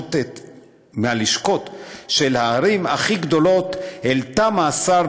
מהלשכות של הערים הכי גדולות אל תא מאסר,